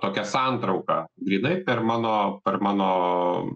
tokią santrauką grynai per mano per mano